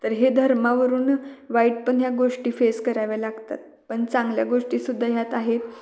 तर हे धर्मावरून वाईट पण ह्या गोष्टी फेस कराव्या लागतात पण चांगल्या गोष्टीसुद्धा ह्यात आहेत